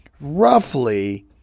roughly